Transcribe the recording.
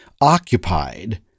occupied